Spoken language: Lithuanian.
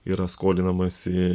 yra skolinamasi